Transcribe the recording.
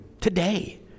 today